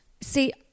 See